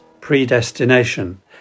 predestination